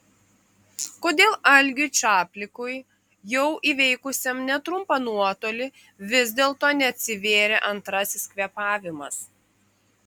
kodėl algiui čaplikui jau įveikusiam netrumpą nuotolį vis dėlto neatsivėrė antrasis kvėpavimas